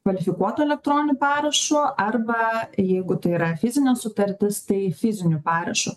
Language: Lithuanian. kvalifikuotu elektroniniu parašu arba jeigu tai yra fizinė sutartis tai fiziniu parašu